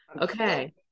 Okay